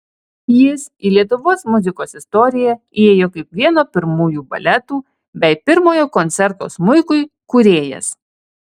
jis į lietuvos muzikos istoriją įėjo kaip vieno pirmųjų baletų bei pirmojo koncerto smuikui kūrėjas